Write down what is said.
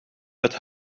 het